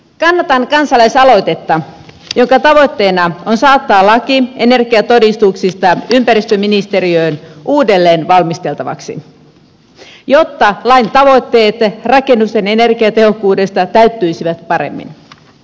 kannatan kansalaisaloitetta jonka tavoitteena on saattaa laki energiatodistuksista ympäristöministeriöön uudelleen valmisteltavaksi jotta lain tavoitteet rakennusten energiatehokkuudesta täyttyisivät paremmin